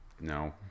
No